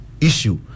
issue